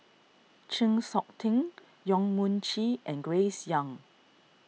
Chng Seok Tin Yong Mun Chee and Grace Young